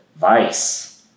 vice